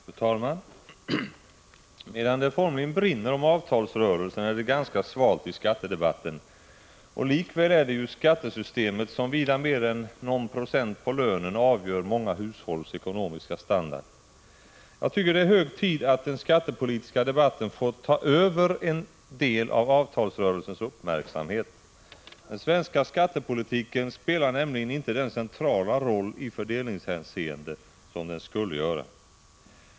Fru talman! Medan det formligen brinner om avtalsrörelsen är det ganska svalt i skattedebatten, och likväl är det skattesystemet som vida mer än någon procent på lönen avgör många hushålls ekonomiska standard. Jag tycker att det är hög tid att den skattepolitiska debatten får ta över en del av avtalsrörelsens uppmärksamhet. Den svenska skattepolitiken spelar nämligen inte den centrala roll i fördelningshänseende som den skulle göra.